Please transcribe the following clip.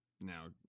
now